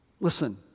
Listen